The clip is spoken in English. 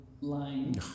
line